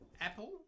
Apple